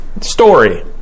story